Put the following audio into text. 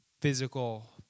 physical